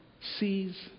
sees